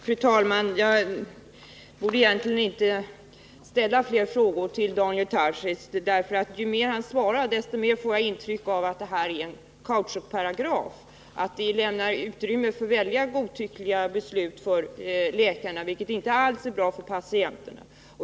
Fru talman! Jag borde egentligen inte ställa fler frågor till Daniel Tarschys, därför att ju mer han svarar, desto mer får jag intryck av att det här är en kautschukparagraf, att vi lämnar utrymme för väldigt godtyckliga beslut av läkarna, vilket inte alls är bra för patienterna.